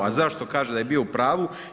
A zašto kaže da je bio u pravu?